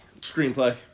Screenplay